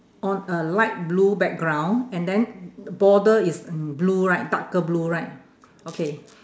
on a light blue background and then border is in blue right darker blue right okay